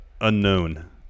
unknown